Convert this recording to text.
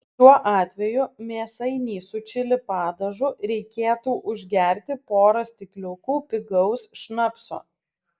šiuo atveju mėsainį su čili padažu reikėtų užgerti pora stikliukų pigaus šnapso